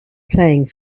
playing